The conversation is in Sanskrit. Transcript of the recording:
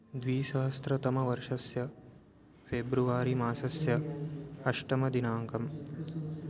द्विसहस्रतमवर्षस्य फ़ेब्रुवारि मासस्य अष्टमदिनाङ्कः